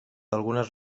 algunes